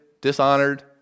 dishonored